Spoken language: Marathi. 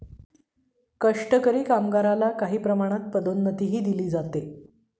कष्टकरी कामगारला काही प्रमाणात पदोन्नतीही दिली जाते